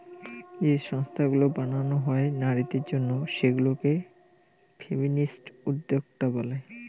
যে সংস্থাগুলো বানানো হয় নারীদের জন্য সেগুলা কে ফেমিনিস্ট উদ্যোক্তা বলে